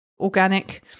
organic